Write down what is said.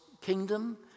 kingdom